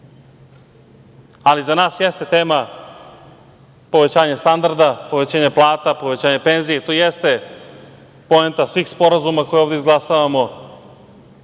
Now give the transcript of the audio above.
ali za nas jeste tema povećanje standarda, povećanje plata, povećanje penzija i to jeste poenta svih sporazuma koje ovde izglasavamo,